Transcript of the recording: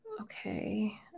Okay